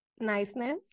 Niceness